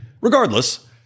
Regardless